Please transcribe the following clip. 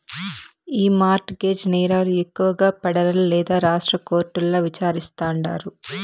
ఈ mortgage నేరాలు ఎక్కువగా పెడరల్ లేదా రాష్ట్ర కోర్టుల్ల విచారిస్తాండారు